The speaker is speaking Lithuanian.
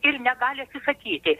ir negali atsisakyti